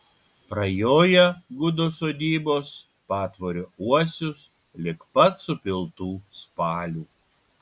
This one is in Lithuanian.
prajoja gudo sodybos patvorio uosius lig pat supiltų spalių